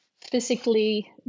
physically